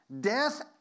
death